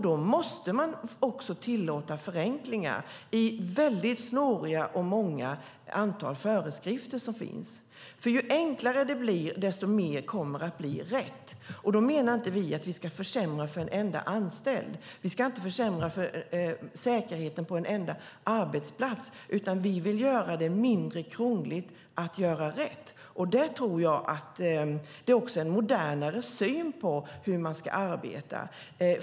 Då måste man också tillåta förenklingar i de väldigt många och snåriga föreskrifter som finns. Ju enklare det blir desto mer kommer ju att bli rätt. Med detta menar vi inte att vi ska försämra för en enda anställd. Vi ska inte försämra säkerheten på en enda arbetsplats, utan vi vill göra det mindre krångligt att göra rätt. Där tror jag också att det handlar om en modernare syn på hur man ska arbeta.